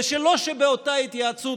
ולא שבאותה התייעצות,